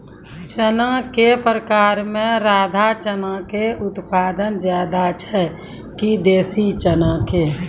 चना के प्रकार मे राधा चना के उत्पादन ज्यादा छै कि देसी चना के?